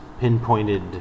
pinpointed